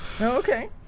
okay